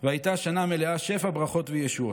והייתה שנה מלאה שפע ברכות וישועות.